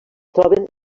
troben